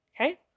Okay